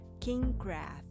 Kingcraft